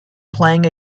playing